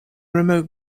remote